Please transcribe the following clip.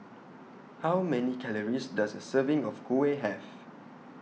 How Many Calories Does A Serving of Kuih Have